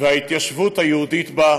וההתיישבות היהודית בה,